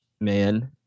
man